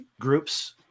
groups